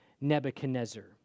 Nebuchadnezzar